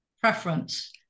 preference